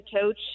coach